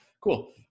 Cool